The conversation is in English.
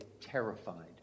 terrified